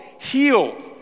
healed